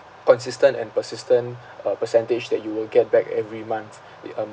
consistent and persistent uh percentage that you will get back every month it um